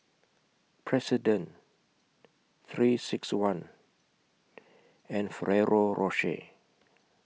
President three six one and Ferrero Rocher